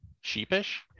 sheepish